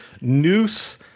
noose